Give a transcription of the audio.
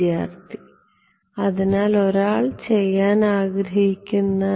വിദ്യാർത്ഥി അതിനാൽ ഒരാൾക്ക് ചെയ്യാൻ ആഗ്രഹിക്കുന്നത്